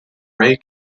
ray